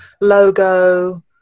logo